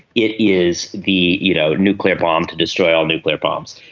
it is the you know nuclear bomb to destroy all nuclear bombs.